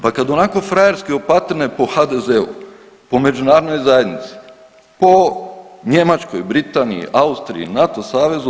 Pa kad onako frajerski opatine po HDZ-u, po Međunarodnoj zajednici, po Njemačkoj, Britaniji, Austriji, NATO savezu.